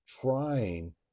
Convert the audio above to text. trying